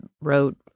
wrote